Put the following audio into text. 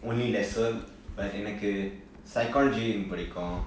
only lesser but எனக்கு:enakku psychology எனக்கு பிடிக்கும்:enakku pidikum